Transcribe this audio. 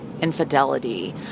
infidelity